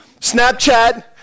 Snapchat